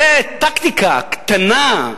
זו טקטיקה קטנה,